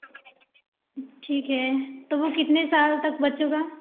ठीक है तो वह कितने साल तक बच्चों का